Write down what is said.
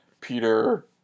Peter